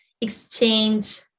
exchange